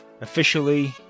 Officially